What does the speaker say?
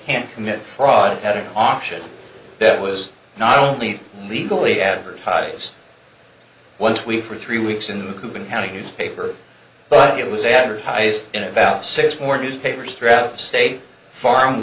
can't commit fraud at an auction that was not only legally advertise once week for three weeks in the coogan county newspaper but it was advertised in about six more newspapers throughout the state farm